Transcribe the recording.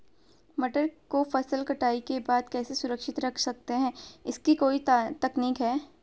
मटर को फसल कटाई के बाद कैसे सुरक्षित रख सकते हैं इसकी कोई तकनीक है?